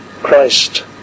Christ